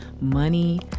money